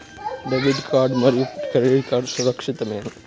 Debit card మరియు credit card సురక్షితమేనా?